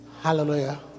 Hallelujah